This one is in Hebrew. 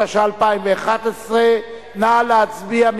התשע"א 2011. נא להצביע,